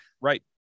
Right